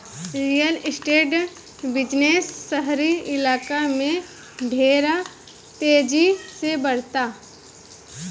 real estate business शहरी इलाका में ढेर तेजी से बढ़ता